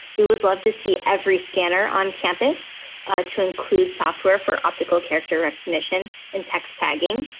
we would love to see every scanner on campus to include software for optical character recognition and text tagging.